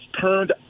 turned